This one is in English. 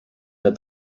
that